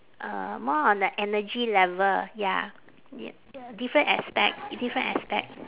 uh more on the energy level ya y~ different aspect different aspect